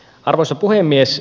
arvoisa puhemies